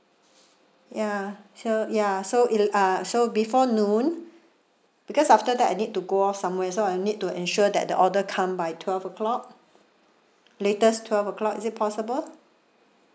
ya so ya so it'll uh so before noon because after that I need to go off somewhere so I need to ensure that the order come by twelve o'clock latest twelve o'clock is it possible